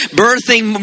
birthing